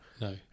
No